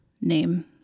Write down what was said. name